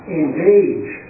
engage